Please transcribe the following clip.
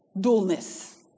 dullness